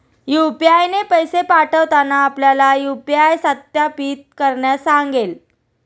UPI ने पैसे पाठवताना आपल्याला यू.पी.आय सत्यापित करण्यास सांगेल